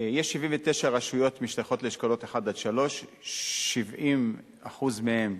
יש 79 רשויות המשתייכות לאשכולות 1 3. 70% מהן,